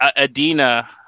Adina